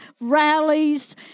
rallies